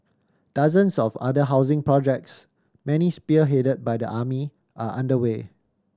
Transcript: dozens of other housing projects many spearheaded by the army are underway